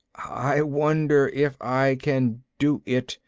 i wonder if i can do it.